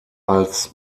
als